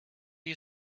you